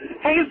Hey